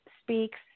Speaks